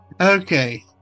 okay